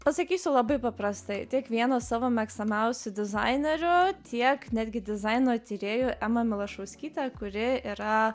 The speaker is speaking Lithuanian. pasakysiu labai paprastai tiek vieno savo mėgstamiausią dizaineriu tiek netgi dizaino tyrėju ema milašauskytė kuri yra